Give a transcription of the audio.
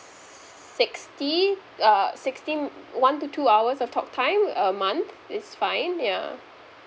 sixty uh sixty one to two hours of talk time a month is fine yeah